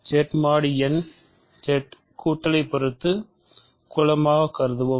Z mod n Z கூட்டலை பொறுத்து குலமாகக் கருதுவோம்